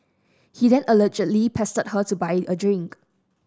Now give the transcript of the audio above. he then allegedly pestered her to buy a drink